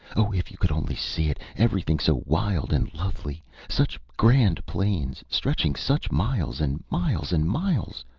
oh, if you could only see it! everything so wild and lovely such grand plains, stretching such miles and miles and miles,